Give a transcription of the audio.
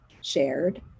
shared